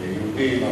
יהודים,